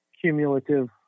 cumulative